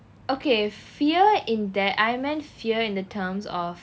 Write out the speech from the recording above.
okay fear in that I meant fear in the terms of